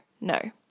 no